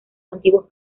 antiguos